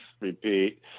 repeat